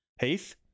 Heath